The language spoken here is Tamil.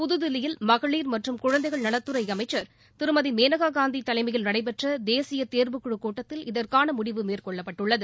புதுதில்லியில மகளிர் மற்றும் குழந்தைகள் நலத்துறை அமைச்சர் திருமதி மேனகாகாந்தி தலைமையில் நடைபெற்ற தேசிய தேர்வுக்குழுக் கூட்டத்தில் இதற்கான முடிவு மேற்கொள்ளப்பட்டது